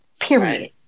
Period